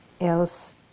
else